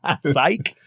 Psych